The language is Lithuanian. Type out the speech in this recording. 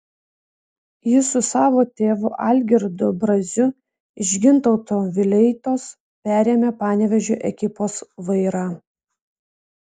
jis su savo tėvu algirdu braziu iš gintauto vileitos perėmė panevėžio ekipos vairą